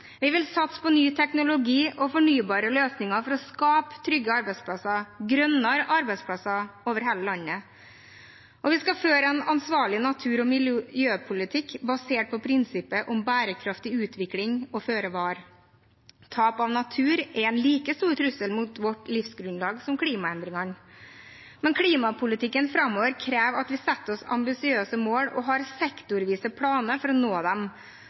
Vi vil satse på ny teknologi og fornybare løsninger for å skape trygge arbeidsplasser, grønnere arbeidsplasser over hele landet. Og vi skal føre en ansvarlig natur- og miljøpolitikk basert på prinsippet om bærekraftig utvikling og føre-var. Tap av natur er en like stor trussel mot vårt livsgrunnlag som klimaendringene. Men klimapolitikken framover krever at vi setter oss ambisiøse mål og har sektorvise planer for å nå dem,